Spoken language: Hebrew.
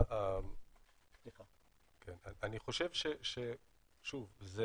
אני חושב, שוב, זה